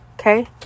okay